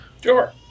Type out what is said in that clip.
sure